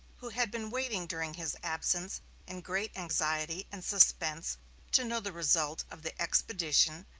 who had been waiting during his absence in great anxiety and suspense to know the result of the expedition,